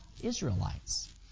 Israelites